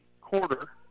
quarter